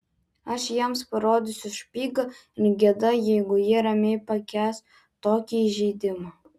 aš jiems parodysiu špygą ir gėda jeigu jie ramiai pakęs tokį įžeidimą